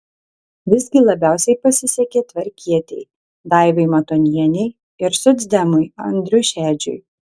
visgi labiausiai pasisekė tvarkietei daivai matonienei ir socdemui andriui šedžiui